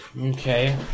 Okay